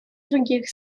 других